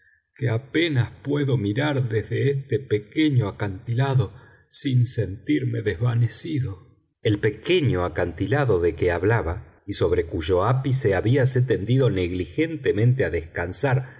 que apenas puedo mirar desde este pequeño acantilado sin sentirme desvanecido el pequeño acantilado de que hablaba y sobre cuyo ápice habíase tendido negligentemente a descansar